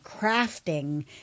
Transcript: crafting